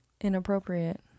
Inappropriate